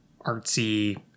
artsy